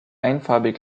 einfarbig